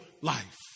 life